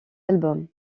album